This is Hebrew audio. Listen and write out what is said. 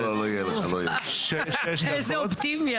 לא, לא יהיה לך לא יהיה, בוא תתחיל.